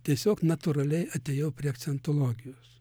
tiesiog natūraliai atėjau prie akcentologijos